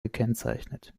gekennzeichnet